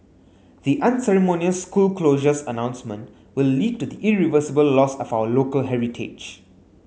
the unceremonious school closures announcement will lead to irreversible loss of our local heritage